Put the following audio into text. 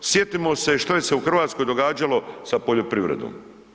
Sjetimo se što je se u Hrvatskoj događalo sa poljoprivredom.